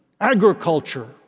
agriculture